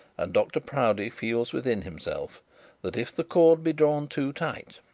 and dr proudie feels within himself that if the cord be drawn too tight,